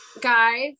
guys